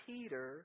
Peter